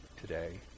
today